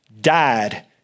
died